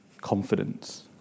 confidence